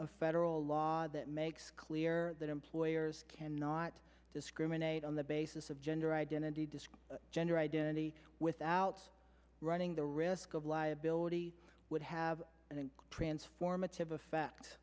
a federal law that makes clear that employers cannot discriminate on the basis of gender identity disc gender identity without running the risk of liability would have a transformative effect